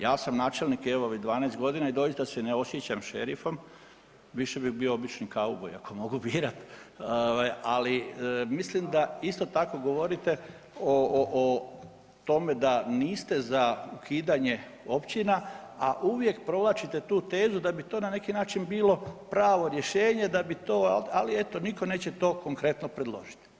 Ja sam načelnik evo već 12 godina i doista se ne osjećam šerfom više bi bio običan kauboj ako mogu birati ovaj ali mislim da isto tako govorite o tome da niste za ukidanje općina, a uvijek provlačite tu tezu da bi to na neki način bilo pravo rješenje, ali eto nitko neće to konkretno predložiti.